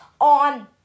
on